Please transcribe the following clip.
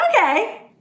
Okay